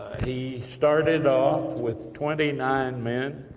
he started off with twenty nine men.